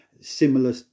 similar